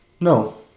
No